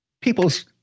people's